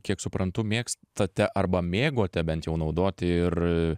kiek suprantu mėgstate arba mėgote bent jau naudoti ir